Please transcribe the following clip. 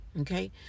okay